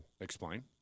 Explain